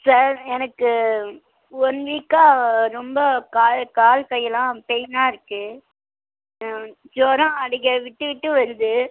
sir எனக்கு one வீக்கா ரொம்ப கா கால் கையெல்லாம் பெயினாக இருக்கு ம் ஜூரம் அடிக்க விட்டு விட்டு வருது